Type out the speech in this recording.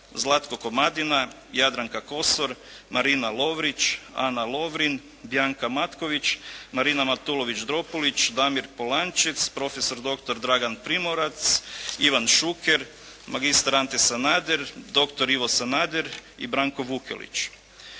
Zlatko Komadina, Jadranka Kosor, Marina Lovrić, Ana Lovrin, Bianca Matković, Marina Matulović-Dropulić, Damir Polančec, profesor doktor Dragan Primorac, Ivan Šuker, magistar Ante Sanader, doktor Ivo Sanader i Branko Vukelić.